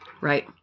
Right